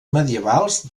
medievals